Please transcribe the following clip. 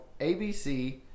ABC